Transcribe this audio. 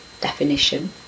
definition